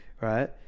right